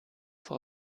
vor